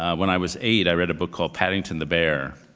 when i was eight, i read a book called paddington the bear